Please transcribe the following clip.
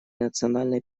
национальной